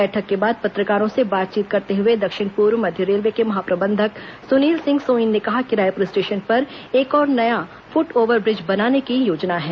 बैठक के बाद पत्रकारों से बातचीत करते हुए दक्षिण पूर्व मध्य रेलवे के महाप्रबंधक सुनील सिंह सोइन ने कहा कि रायपुर स्टेशन पर एक और नया फूट ओवर ब्रिज बनाने की योजना है